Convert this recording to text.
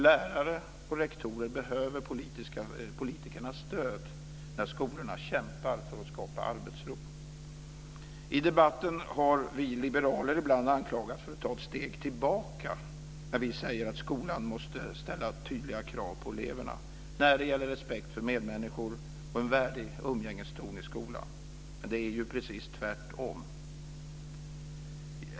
Lärare och rektorer behöver politikernas stöd när skolorna kämpar för att skapa arbetsro. I debatten har vi liberaler ibland anklagats för att ta ett steg tillbaka när vi säger att skolan måste ställa tydliga krav på eleverna när det gäller respekt för medmänniskor och en värdig umgängeston i skolan, men det är precis tvärtom.